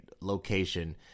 location